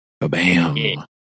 Bam